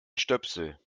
stöpsel